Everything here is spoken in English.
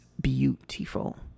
beautiful